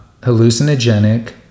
hallucinogenic